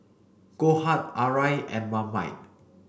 Goldheart Arai and Marmite